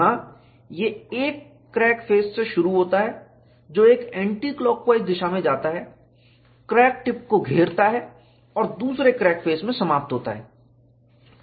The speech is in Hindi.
यहां यह एक क्रैक फेस से शुरू होता है जो एक एंटीक्लॉकवाइज दिशा में जाता है क्रैक टिप को घेरता है और दूसरे क्रैक फेस में समाप्त होता है